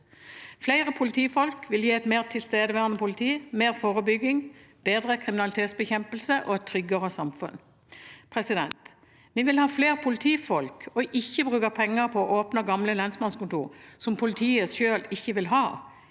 Flere politifolk vil gi et mer tilstedeværende politi, mer forebygging, bedre kriminalitetsbekjempelse og et tryggere samfunn. Vi vil ha flere politifolk og ikke bruke penger på å åpne gamle lensmannskontorer som politiet selv ikke vil ha.